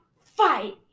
fight